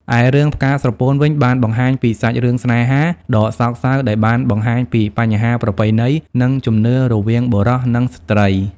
ឯរឿង ផ្កាស្រពោន វិញបានបង្ហាញពីសាច់រឿងស្នេហាដ៏សោកសៅដែលបានបង្ហាញពីបញ្ហាប្រពៃណី និងជំនឿរវាងបុរសនិងស្ត្រី។